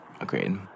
Agreed